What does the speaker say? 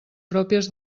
pròpies